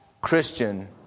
Christian